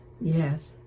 Yes